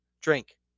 drink